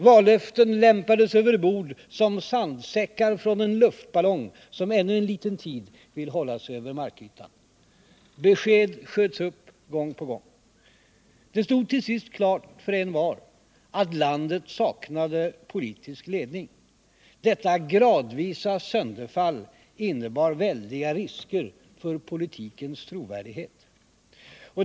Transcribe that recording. Vallöften lämpades över bord som sandsäckar från en luftballong som ännu en liten tid vill hålla sig över markytan. Besked sköts upp gång på gång. Det stod till sist klart för envar att landet saknade politisk ledning. Detta gradvisa sönderfall innebar väldiga risker för politikens trovärdighet.